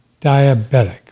diabetic